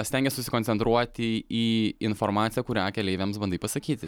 stengies susikoncentruoti į informaciją kurią keleiviams bandai pasakyti